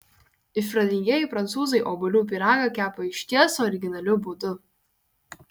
išradingieji prancūzai obuolių pyragą kepa išties originaliu būdu